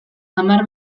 hamar